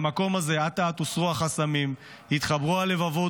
מהמקום הזה אט-אט הוסרו החסמים והתחברו הלבבות